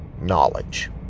knowledge